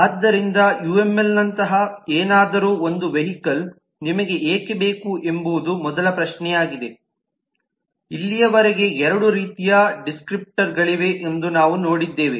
ಆದ್ದರಿಂದ ಯುಎಂಎಲ್ ನಂತಹ ಏನಾದರೂ ಒಂದು ವೆಹಿಕಲ್ ನಿಮಗೆ ಏಕೆ ಬೇಕು ಎಂಬುದು ಮೊದಲ ಪ್ರಶ್ನೆಯಾಗಿದೆ ಇಲ್ಲಿಯವರೆಗೆ ಎರಡು ರೀತಿಯ ಡಿಸ್ಕ್ರಿಪ್ಟರ್ ಗಳಿವೆ ಎಂದು ನಾವು ನೋಡಿದ್ದೇವೆ